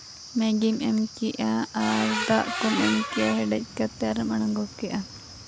ᱢᱮᱜᱤᱢ ᱮᱢ ᱠᱮᱜᱼᱟ ᱟᱨ ᱫᱟᱜ ᱠᱚᱢ ᱮᱢ ᱠᱮᱜᱼᱟ ᱦᱮᱰᱮᱡ ᱠᱟᱛᱮ ᱟᱨᱮᱢ ᱟᱬᱜᱚ ᱠᱮᱜᱼᱟ